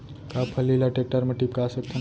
का फल्ली ल टेकटर म टिपका सकथन?